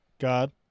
God